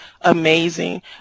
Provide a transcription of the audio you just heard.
amazing